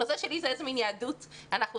הנושא שלי זה איזה מן יהדות אנחנו עושים,